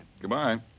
Goodbye